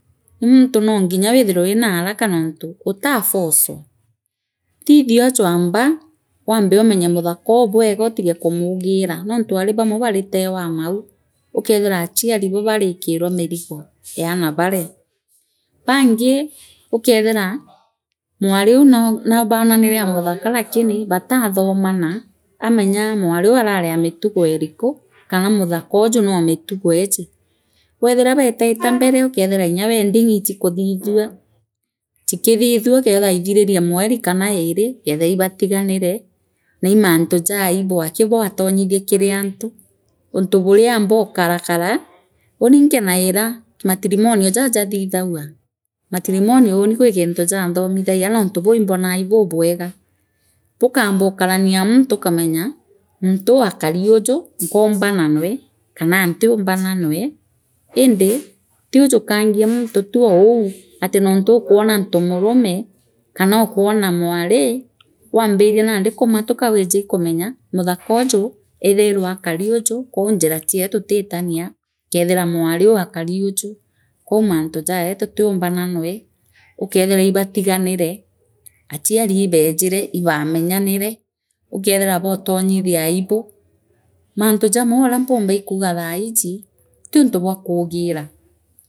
Aa gugwatika ntiguru ngatuenya ndingitonya lakini ukethirwa wina muntu waakui oo gukwadvice aakwire uuju nooju ikubui nooja gutibui waam ukamwaa tu kanya gaku tugaa nya mugurukii ee njirene naathikairwa ee kiugo kimwe oomba ogutethia nakio jaa uni ndaja kirire biugo bia muntu uu ndirabithikira naa kaama ndiubithikira na ndakunyaa nkinyite siuni ambunge ii munangu nontu kabou ndamuthikirire naa mwanka thaiji kwi uumithio ndoorere naa uni iinchokagia nkatho kii muntu uria withaira muntu ainyikirite ukaa mwariria nookachia kanya gaku guchia kanya gaaku kugutethia muntu uria ti uthia thaa iria ugwo yaani muntu tuge agukwebera kanookwona naiinyikirite antu ukaria muntu uu ukamwaria kari uria nikii gitumi akuthithia uju ari mantu ijamainge nthigurune muntu aakurukara naa ugachiaa kanya na muntuuu nooumutethia ukamwarina noorikia kamwariria muntuu akuthikira kwi muntu nukamutethiantu nowone jaka utiumba kumutethia lakini kii aku umenye guchia karya gakanene nawe.